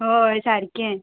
हय सारकें